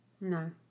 No